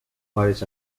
varies